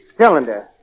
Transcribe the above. cylinder